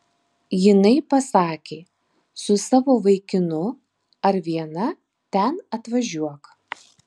jinai pasakė su savo vaikinu ar viena ten atvažiuok